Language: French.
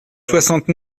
soixante